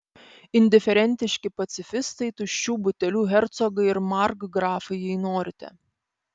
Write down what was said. indiferentiški pacifistai tuščių butelių hercogai ir markgrafai jei norite